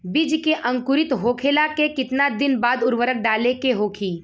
बिज के अंकुरित होखेला के कितना दिन बाद उर्वरक डाले के होखि?